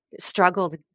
struggled